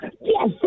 Yes